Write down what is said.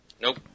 Nope